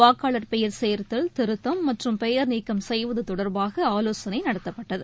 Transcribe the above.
வாக்காளர் பெயர் சேர்த்தல் திருத்தம் மற்றும் பெயர் நீக்கம் செய்வது தொடர்பாக ஆலோசனை நடத்தப்பட்டது